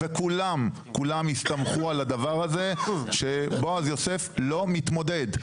וכולם הסתמכו על הדבר הזה שבועז יוסף לא מתמודד.